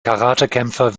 karatekämpfer